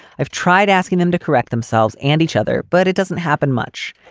i've tried asking them to correct themselves and each other, but it doesn't happen much.